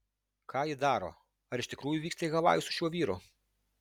ką ji daro ar iš tikrųjų vyksta į havajus su šiuo vyru